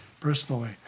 personally